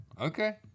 Okay